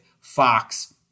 Fox